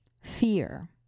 fear